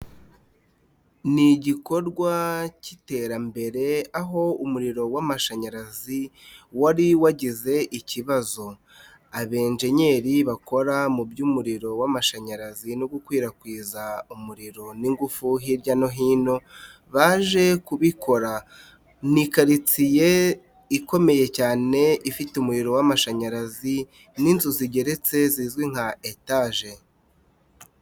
Ni igikorwa cy'iterambere aho umuriro w'amashanyarazi wari wagize ikibazo. Aba enjenyeri bakora mu by'umuriro w'amashanyarazi no gukwirakwiza umuriro n'ingufu hirya no hino, baje kubikora. Ni karitsiye ikomeye cyane ifite umuriro w'amashanyarazi, n'inzu zigeretse zizwi nka etaje.